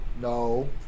no